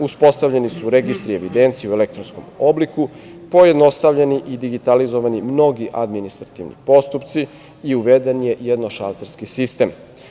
Uspostavljeni registri evidencije u elektronskom obliku, pojednostavljeni i digitalizovani mnogi administrativni postupci i uveden je jednošalterski sistem.